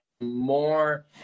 more